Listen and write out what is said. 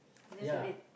just a date